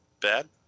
Bad